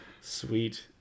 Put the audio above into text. Sweet